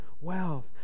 wealth